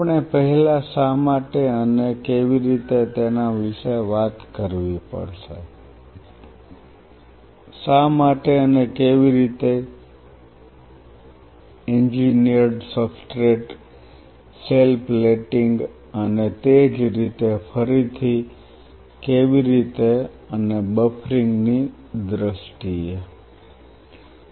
આપણે પહેલા શા માટે અને કેવી રીતે તેના વિશે વાત કરવી પડશે શા માટે અને કેવી રીતે એન્જિનિયર્ડ સબસ્ટ્રેટ સેલ પ્લેટિંગ અને તેજ રીતે ફરીથી કેવી રીતે અને બફરિંગ ની દ્રષ્ટિએ શા માટે